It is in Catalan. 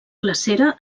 glacera